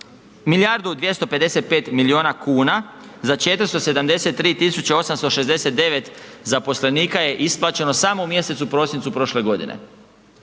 milijardu 255 miliona kuna za 473.869 zaposlenika je isplaćeno samo u mjesecu prosincu prošle godine